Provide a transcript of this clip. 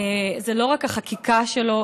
זה לא רק החקיקה שלו,